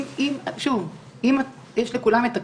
אם יש לכולם את הכל,